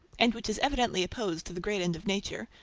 and which is evidently opposed to the great end of nature,